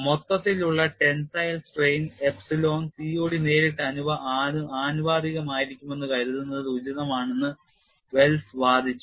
മൊത്തത്തിലുള്ള tensile strain എപ്സിലോണിന് COD നേരിട്ട് ആനുപാതികമായിരിക്കുമെന്ന് കരുതുന്നത് ഉചിതമാണെന്ന് വെൽസ് വാദിച്ചു